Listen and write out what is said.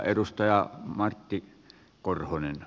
edustaja martti korhonen